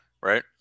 Right